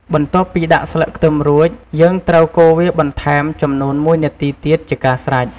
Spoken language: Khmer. បន្ទាប់ពីដាក់់ស្លឹកខ្ទឹមរួច យើងត្រូវកូរវាបន្ថែមចំនួន១នាទីទៀតជាការស្រេច។